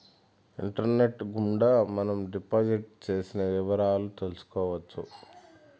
internet గుండా మనం deposit చేసిన వివరాలు తెలుసుకోవచ్చు